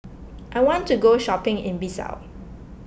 I want to go shopping in Bissau